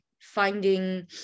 finding